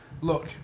Look